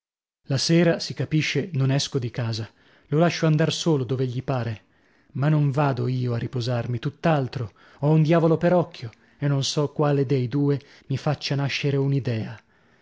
la sera si capisce non esco di casa lo lascio andar solo dove gli pare ma non vado io a riposarmi tutt'altro ho un diavolo per occhio e non so quale dei due mi faccia nascere